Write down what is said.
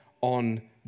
on